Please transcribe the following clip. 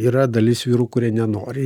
yra dalis vyrų kurie nenori